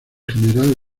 general